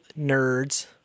nerds